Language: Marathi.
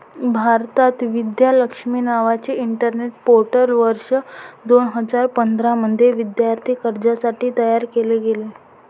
भारतात, विद्या लक्ष्मी नावाचे इंटरनेट पोर्टल वर्ष दोन हजार पंधरा मध्ये विद्यार्थी कर्जासाठी तयार केले गेले